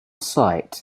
site